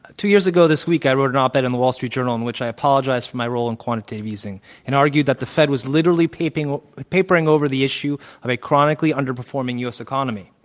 two years ago this week, i wrote an op ed in the wall street journal in which i apologized for my role in quantita tive easing and argued that the fed was literally papering papering over the issue of a chronically underperforming u. s. economy.